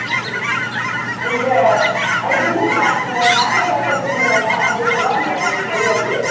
ಹ್ಞೂ ನಿಮಗೆ ಐದು ದಿನದ ಮಾತು ಮಾತ್ರೆಗಳು ಕೊಟ್ಟಿದ್ದೆನಲ್ಲಮ್ಮ ಅದು ತಗೊಂಡ್ರಾ ನೀವು ಸರಿಯಾಗಿ